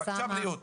בקשה בריאות.